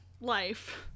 life